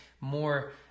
more